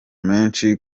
menshi